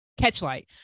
Catchlight